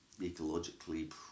ecologically